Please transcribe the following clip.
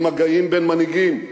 עם מגעים בין מנהיגים,